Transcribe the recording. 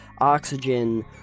oxygen